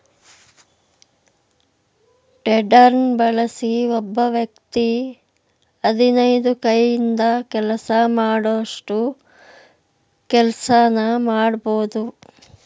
ಟೆಡರ್ನ ಬಳಸಿ ಒಬ್ಬ ವ್ಯಕ್ತಿ ಹದಿನೈದು ಕೈಯಿಂದ ಕೆಲಸ ಮಾಡೋಷ್ಟು ಕೆಲ್ಸನ ಮಾಡ್ಬೋದು